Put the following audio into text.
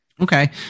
Okay